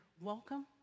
Welcome